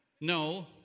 No